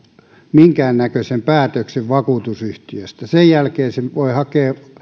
minkäännäköisen päätöksen vakuutusyhtiöstä sen jälkeen hän voi hakea